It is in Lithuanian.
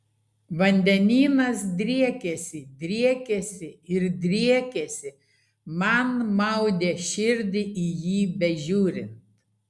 vandenynas driekėsi driekėsi ir driekėsi man maudė širdį į jį bežiūrint